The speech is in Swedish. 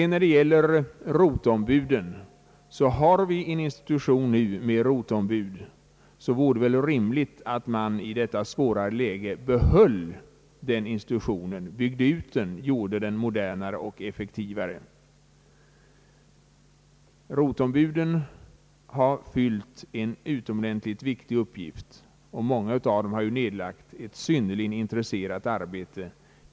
När vi redan har en institution med roteombud, vore det väl också rimligt att man i detta svåra läge behöll den institutionen, byggde ut den samt gjorde den modernare och effektivare. Roteombuden har fyllt en utomordentligt viktig uppgift. Många av dem har nedlagt ett synnerligen intresserat arbete.